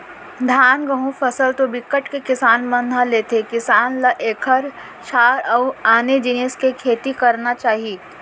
धान, गहूँ फसल तो बिकट के किसान मन ह लेथे किसान ल एखर छांड़ अउ आने जिनिस के खेती करना चाही